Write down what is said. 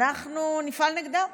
אנחנו נפעל נגדם.